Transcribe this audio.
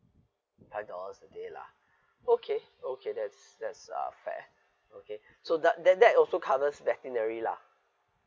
five dollars a day lah okay okay that's that's uh fair okay so that that that also covers veterinary lah